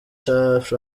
france